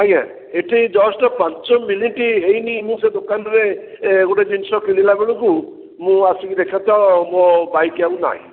ଆଜ୍ଞା ଏଠି ଜଷ୍ଟ୍ ପାଞ୍ଚ ମିନିଟ୍ ହେଇନି ତ ସେ ଦୋକାନରେ ଗୋଟେ ଜିନିଷ କିଣିଲା ବେଳକୁ ମୁଁ ଆସିକି ଦେଖେ ତ ମୋ ବାଇକ୍ ଆଉ ନାହିଁ